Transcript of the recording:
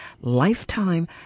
Lifetime